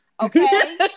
Okay